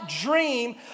dream